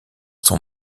son